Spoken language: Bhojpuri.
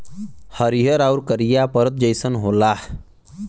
हरिहर आउर करिया परत जइसन होला